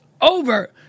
over